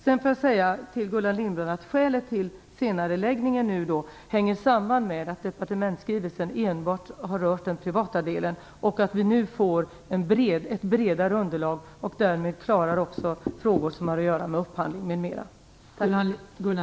Till Gullan Lindblad får jag säga att skälet till senareläggningen hänger samman med att departementsskrivelsen enbart har rört den privata delen. Nu får vi ett bredare underlag och klarar därmed också frågor som har att göra med upphandling m.m.